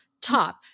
top